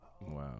Wow